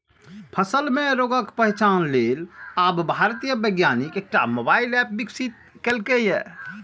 फसल मे रोगक पहिचान लेल आब भारतीय वैज्ञानिक एकटा मोबाइल एप विकसित केलकैए